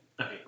Okay